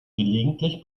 gelegentlich